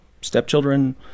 stepchildren